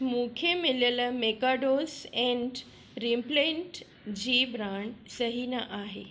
मूंखे मिलियल मेकाडोस एंट रिपेलन्ट जी ब्रांड सही न आहे